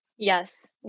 Yes